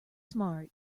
smart